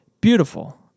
beautiful